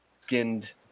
skinned